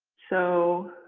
so